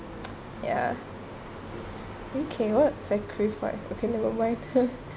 okay what sacrifice okay never mind ya ha